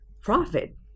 profit